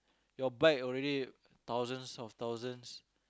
your bike already thousands of thousands